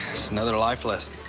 just another life lesson.